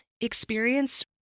experience